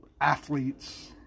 athletes